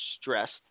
stressed